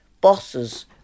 bosses